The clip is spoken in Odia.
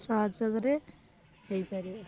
ସହଯୋଗ ହୋଇପାରିବ